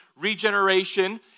regeneration